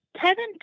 Kevin